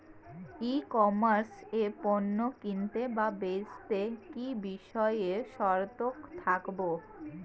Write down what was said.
ই commerce এ পণ্য কিনতে বা বেচতে কি বিষয়ে সতর্ক থাকব?